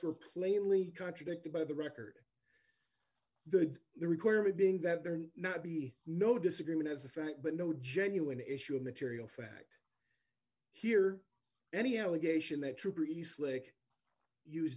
were plainly contradicted by the record the the require me being that there not be no disagreement as a fact but no genuine issue of material fact here any allegation that true pretty slick use